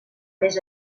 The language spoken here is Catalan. més